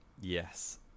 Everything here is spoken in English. yes